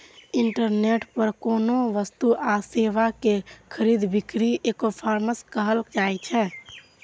internet पर कोनो वस्तु आ सेवा के खरीद बिक्री ईकॉमर्स कहल जाइ छै